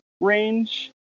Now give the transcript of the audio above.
range